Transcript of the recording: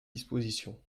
disposition